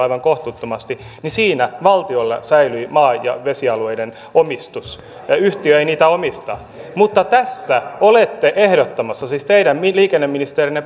aivan kohtuuttomasti valtiolla säilyi maa ja vesialueiden omistus ja yhtiö ei niitä omista mutta tässä olette ehdottamassa siis teidän liikenneministerinne